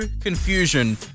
confusion